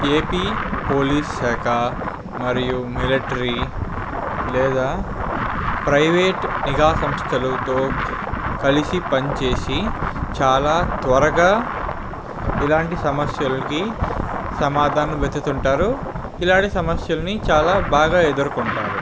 AP police శాఖ మరియు military లేదా ప్రైవేట్ నిఘా సంస్థలతో కలిసి పనిచేసి చాలా త్వరగా ఇలాంటి సమస్యలకి సమాధానం వెతుకుతుంటారు ఇలాంటి సమస్యలని చాలా బాగా ఎదుర్కొంటారు